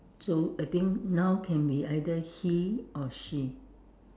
so I think now can be either he or she